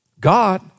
God